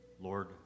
Lord